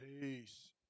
Peace